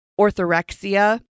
orthorexia